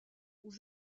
aux